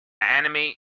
animate